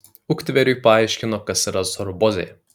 uktveriui paaiškino kas yra sorbozė